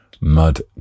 Mud